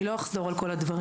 אני לא אחזור על כל הדברים.